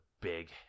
big